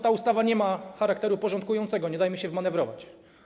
Ta ustawa nie ma charakteru porządkującego, nie dajmy się wmanewrować.